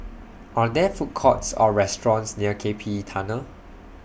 Are There Food Courts Or restaurants near K P E Tunnel